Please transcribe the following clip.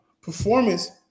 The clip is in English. performance